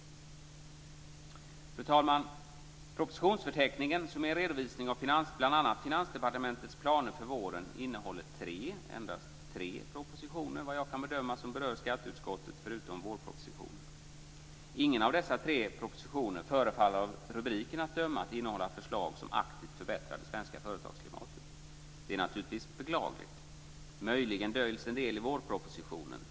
Fru talman! Propositionsförteckningen, som är en redovisning av bl.a. Finansdepartementets planer för våren, innehåller vad jag kan bedöma endast tre propositioner, förutom vårpropositionen, som berör skatteutskottet. Ingen av dessa tre propositioner förefaller av rubrikerna att döma innehålla förslag som aktivt förbättrar det svenska företagsklimatet. Det är naturligtvis beklagligt. Möjligen döljs en del i vårpropositionen.